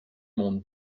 monde